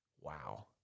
Wow